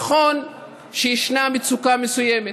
נכון שישנה מצוקה מסוימת,